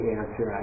answer